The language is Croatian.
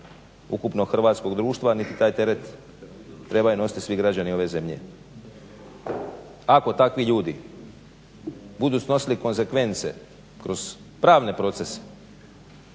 ukupno hrvatskog društva niti taj teret trebaju nositi svi građani ove zemlje. Ako takvi ljudi budu snosili konzekvence kroz pravne procese